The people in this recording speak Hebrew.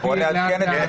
בואו נעדכן את זה.